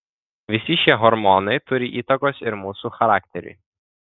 visi šie hormonai turi įtakos ir mūsų charakteriui